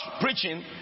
Preaching